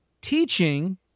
teaching